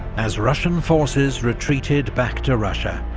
as russian forces retreated back to russia,